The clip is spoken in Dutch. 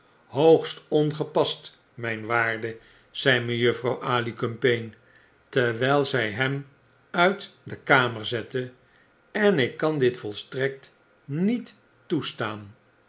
hoogst ongepast mijn waarde zei mejuffrouw alicumpaine terwiji zg hem uit de kamer zette en ik kan dit volstrekt niet toestaan